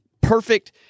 perfect